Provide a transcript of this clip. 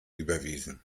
überwiesen